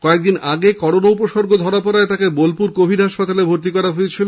কয়েকদিন আগে করোনা উপসর্গ ধরা পড়ায় তাকে বোলপুর কোভিড হাসপাতালে ভর্তি করা হয়